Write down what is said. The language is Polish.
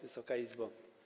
Wysoka Izbo!